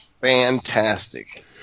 fantastic